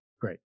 Great